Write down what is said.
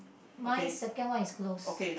mine second one is close